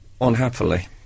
unhappily